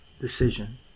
decision